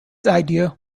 idea